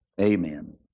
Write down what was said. amen